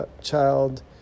child